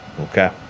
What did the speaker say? Okay